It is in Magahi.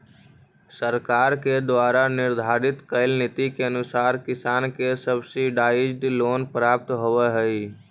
सरकार के द्वारा निर्धारित कैल नीति के अनुसार किसान के सब्सिडाइज्ड लोन प्राप्त होवऽ हइ